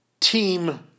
team